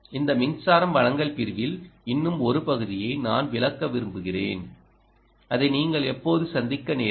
இந்த மின்சாரம் வழங்கல் பிரிவில் இன்னும் ஒரு பகுதியை நான் விளக்க விரும்புகிறேன் அதை நீங்கள் எப்போதாவது சந்திக்க நேரிடும்